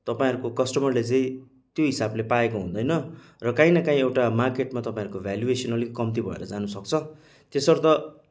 तपाईँहरूको कस्टमरले चाहिँ त्यो हिसाबले पाएको हुँदैन र काहीँ न काहीँ एउटा मार्केटमा तपाईँहरूको भ्याल्युएसन अलिक कम्ती भएर जानुसक्छ त्यसर्थ